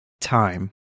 time